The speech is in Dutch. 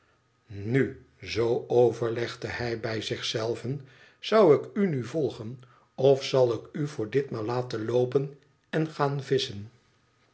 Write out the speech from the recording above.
nu zoo overlegde hij bij zich zelven t zou ik u nu volgen of zal ik u voor ditmaal laten loopen en gaan visschen